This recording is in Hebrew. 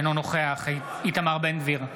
אינו נוכח איתמר בן גביר,